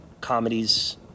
comedies